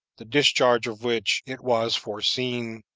the discharge of which, it was foreseen,